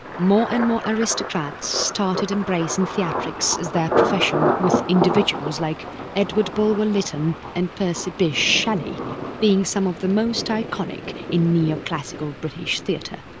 more and more aristocrats started embracing theatrics as their profession with individuals like edward bulwer lytton and percy bysshe shelley being some of the most iconic in neoclassical british theatre.